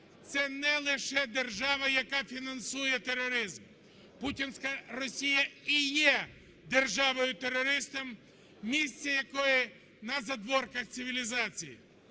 це не лише держава, яка фінансує тероризм. Путінська Росія і є державою-терористом, місце якої на задвірках цивілізації.